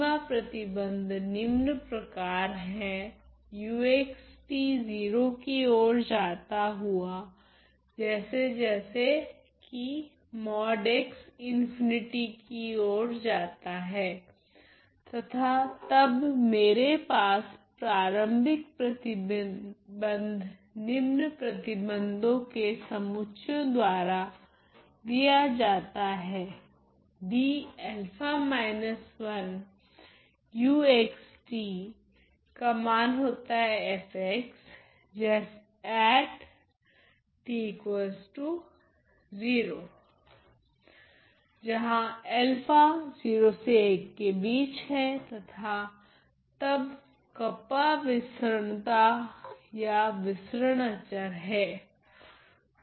सीमा प्रतिबंध निम्न प्रकार हैं as तथा तब मेरे पास प्रारम्भिक प्रतिबंध निम्न प्रतिबंधों के समुच्चयों द्वारा दिया जाता हैं जहां तथा तब कप्पा विसरणता या विसरण अचर हैं